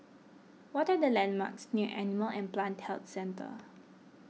what are the landmarks near Animal and Plant Health Centre